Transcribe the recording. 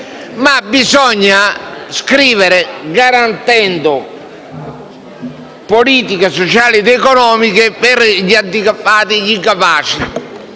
bisogna scrivere garantendo politiche sociali ed economiche agli handicappati e agli incapaci: